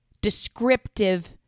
descriptive